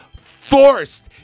forced